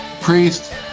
Priest